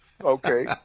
Okay